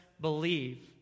believe